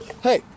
Hey